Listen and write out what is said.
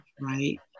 right